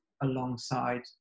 alongside